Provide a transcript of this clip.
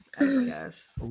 Yes